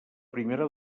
primera